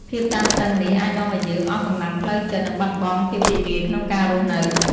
ភាពតានតឹងនេះអាចនាំឱ្យយើងអស់កម្លាំងផ្លូវចិត្ត និងបាត់បង់ភាពរីករាយក្នុងការរស់នៅ។